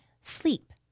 Sleep